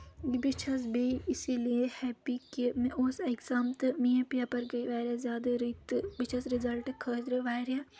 بہٕ چھَس بیٚیہِ اسی لیے ہیٚپی کہِ مےٚ اوس ایٚگزام تہٕ میٲنۍ پیپَر گٔے واریاہ زیادٕ رٕتۍ تہٕ بہٕ چھَس رِزَلٹہٕ خٲطرٕ واریاہ